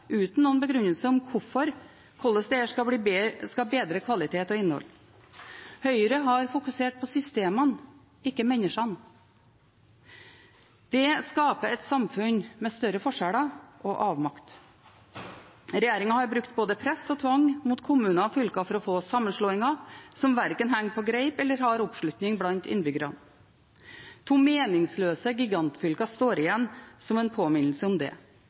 uten noen begrunnelse for hvordan dette skal gi bedre kvalitet og innhold. Høyre har fokusert på systemene, ikke på menneskene. Det skaper et samfunn med større forskjeller og avmakt. Regjeringen har brukt både press og tvang mot kommuner og fylker for å få sammenslåinger som verken henger på greip eller har oppslutning blant innbyggerne. To meningsløse gigantfylker står igjen som en påminnelse om det: